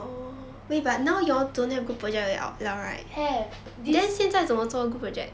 have this